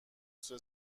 سوء